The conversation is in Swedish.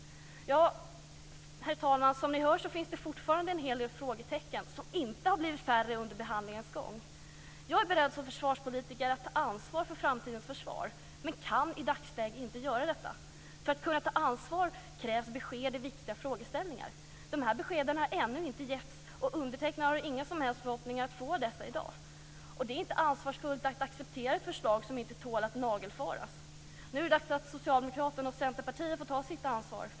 Herr talman! Som ni hör så finns det fortfarande en hel del frågetecken, som inte har blivit färre under behandlingens gång. Jag är som försvarspolitiker beredd att ta ansvar för framtidens försvar, men kan i dagsläget inte göra detta. För att man ska kunna ta ansvar krävs besked i viktiga frågeställningar. Dessa besked har ännu inte getts, och jag har inga som helst förhoppningar om att få dessa i dag. Det är inte ansvarsfullt att acceptera ett förslag som inte tål att nagelfaras. Nu är det dags att Socialdemokraterna och Centerpartiet tar sitt ansvar.